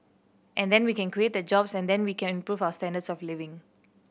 and then we can create the jobs and then we can improve our standards of living